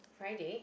Friday